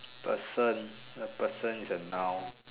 person a person is a noun